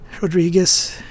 Rodriguez